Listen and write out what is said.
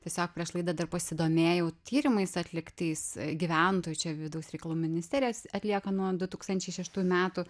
tiesiog prieš laidą dar pasidomėjau tyrimais atliktais gyventojų čia vidaus reikalų ministerijos atlieka nuo du tūkstančiai šeštųjų metų